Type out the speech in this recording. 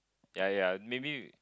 ya ya maybe